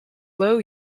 low